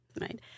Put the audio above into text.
Right